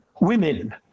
women